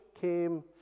came